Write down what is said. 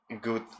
good